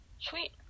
Sweet